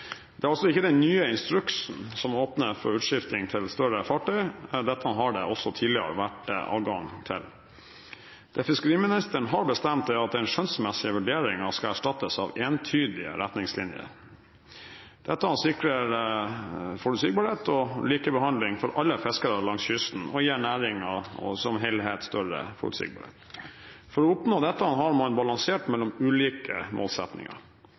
Det er altså ikke den nye instruksen som åpner for utskifting til større fartøy. Dette har det også tidligere vært adgang til. Fiskeriministeren har bestemt at den skjønnsmessige vurderingen skal erstattes av entydige retningslinjer. Dette sikrer forutsigbarhet og likebehandling for alle fiskere langs kysten og gir næringen som helhet større forutsigbarhet. For å oppnå dette har man balansert mellom ulike